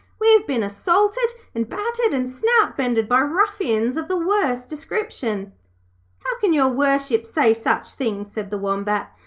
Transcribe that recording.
we have been assaulted and battered and snout-bended by ruffians of the worst description how can your worship say such things said the wombat,